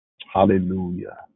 Hallelujah